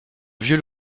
vieux